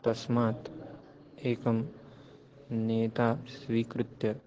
तस्मात् एकं नेता स्वीकृत्य